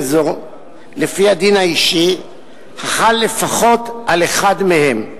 זו לפי הדין האישי החל לפחות על אחד מהם.